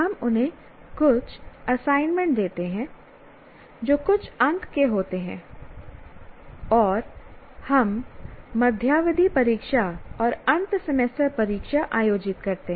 हम उन्हें कुछ असाइनमेंट देते हैं जो कुछ अंक के होते हैं और हम मध्यावधि परीक्षा और अंत सेमेस्टर परीक्षा आयोजित करते हैं